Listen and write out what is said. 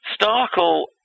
Starkel